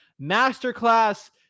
masterclass